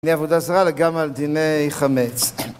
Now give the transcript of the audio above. דיני עבודה זרה לגמרי על דיני חמץ